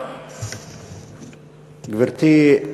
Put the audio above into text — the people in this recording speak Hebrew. גברתי,